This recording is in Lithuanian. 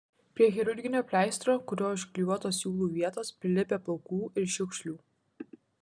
prie chirurginio pleistro kuriuo užklijuotos siūlių vietos prilipę plaukų ir šiukšlių